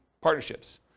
partnerships